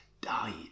died